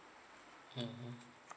mmhmm